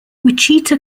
wichita